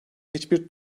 hiçbir